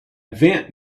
vent